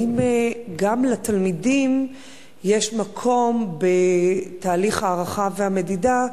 האם גם לתלמידים יש מקום בתהליך ההערכה והמדידה,